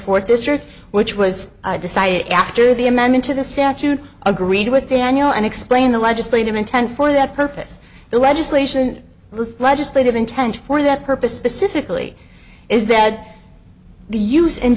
fourth district which was decided after the amendment to the statute agreed with daniel and explained the legislative intent for that purpose the legislation the legislative intent for that purpose specifically is that the use and